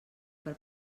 per